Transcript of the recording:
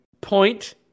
point